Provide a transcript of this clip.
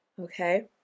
Okay